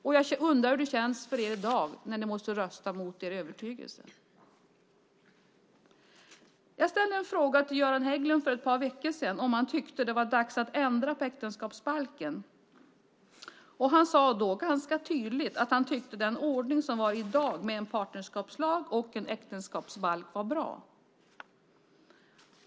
Jag undrar också hur det känns för er i dag när ni måste rösta mot er övertygelse. För ett par veckor sedan ställde jag en fråga till Göran Hägglund. Jag frågade om han tyckte att det var dags att ändra på äktenskapsbalken. Han sade då ganska tydligt att han tyckte att ordningen i dag med en partnerskapslag och en äktenskapsbalk var bra.